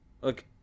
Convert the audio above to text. look